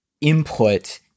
input